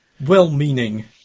well-meaning